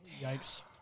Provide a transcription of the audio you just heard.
Yikes